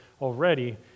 already